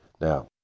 now